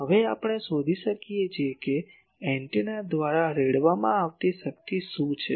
હવે આપણે શોધી શકીએ છીએ કે એન્ટેના દ્વારા રેડવામાં આવતી શક્તિ શું છે